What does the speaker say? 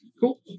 Cool